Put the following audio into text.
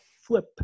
flip